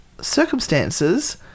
circumstances